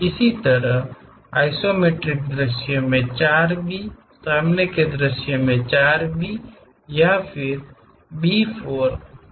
इसी तरह आइसोमेट्रिक दृश्य में 4 B सामने के दृश्य में 4B या B4 के बराबर है